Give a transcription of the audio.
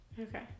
okay